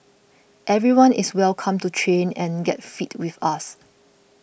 everyone is welcome to train and get fit with us